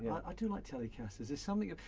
i do like telecasters. there's something,